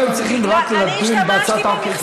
אתם צריכים רק לדון בהצעת החוק,